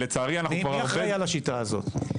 מי אחראי על השיטה הזאת?